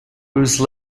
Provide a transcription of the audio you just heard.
whose